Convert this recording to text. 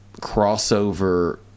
crossover